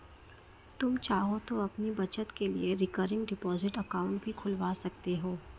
तुम चाहो तो अपनी बचत के लिए रिकरिंग डिपॉजिट अकाउंट भी खुलवा सकते हो